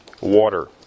water